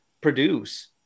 produce